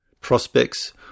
prospects